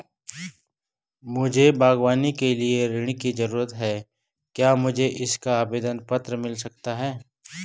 मुझे बागवानी के लिए ऋण की ज़रूरत है क्या मुझे इसका आवेदन पत्र मिल सकता है?